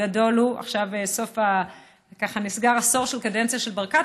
עכשיו נסגר עשור של קדנציה של ברקת,